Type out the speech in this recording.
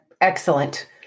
Excellent